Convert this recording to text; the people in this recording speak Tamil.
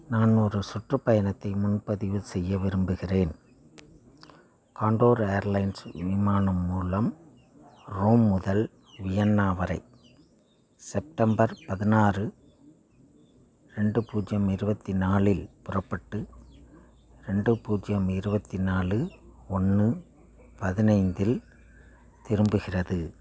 நான் ஒரு சுற்றுப் பயணத்தை முன்பதிவு செய்ய விரும்புகிறேன் காண்டோர் ஏர்லைன்ஸ் விமானம் மூலம் ரோம் முதல் வியன்னா வரை செப்டம்பர் பதினாறு ரெண்டு பூஜ்ஜியம் இருபத்தி நாலில் புறப்பட்டு ரெண்டு பூஜ்ஜியம் இருபத்தி நாலு ஒன்று பதினைந்தில் திரும்புகிறது